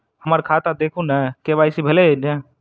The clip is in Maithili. हम्मर खाता देखू नै के.वाई.सी भेल अई नै?